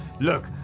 Look